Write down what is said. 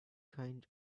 kind